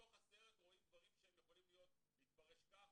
בתוך הסרט רואים דברים שיכולים להתפרש לפי